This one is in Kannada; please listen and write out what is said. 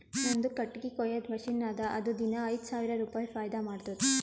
ನಂದು ಕಟ್ಟಗಿ ಕೊಯ್ಯದ್ ಮಷಿನ್ ಅದಾ ಅದು ದಿನಾ ಐಯ್ದ ಸಾವಿರ ರುಪಾಯಿ ಫೈದಾ ಮಾಡ್ತುದ್